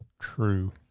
True